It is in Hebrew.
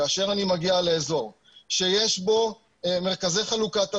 כאשר אני מגיע לאזור שיש בו מרכזי חלוקת אדולן,